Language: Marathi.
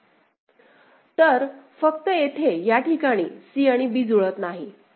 तर फक्त येथे या ठिकाणी c आणि b जुळत नाहीत